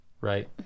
Right